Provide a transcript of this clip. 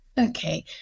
Okay